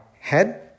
head